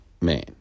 man